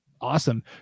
Awesome